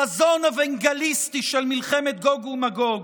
חזון אוונגליסטי של מלחמת גוג ומגוג.